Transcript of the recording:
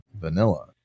Vanilla